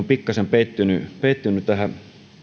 pikkasen pettynyt pettynyt tähän